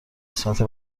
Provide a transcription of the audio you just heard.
قسمت